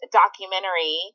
documentary